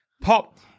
Pop